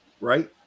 right